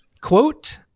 Quote